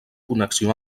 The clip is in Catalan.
connexió